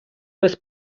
без